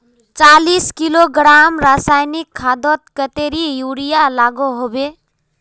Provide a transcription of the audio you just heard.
चालीस किलोग्राम रासायनिक खादोत कतेरी यूरिया लागोहो होबे?